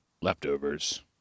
leftovers